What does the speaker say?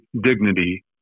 dignity